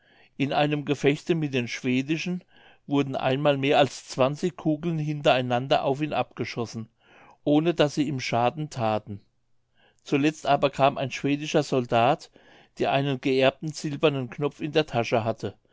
in einem gefechte mit den schwedischen wurden einmal mehr als zwanzig kugeln hintereinander auf ihn abgeschossen ohne daß sie ihm schaden thaten zuletzt kam aber ein schwedischer soldat der einen geerbten silbernen knopf in der tasche hatte